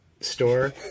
store